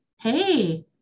hey